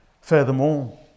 Furthermore